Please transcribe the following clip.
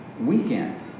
weekend